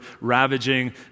ravaging